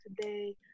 today